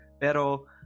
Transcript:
Pero